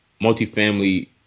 multifamily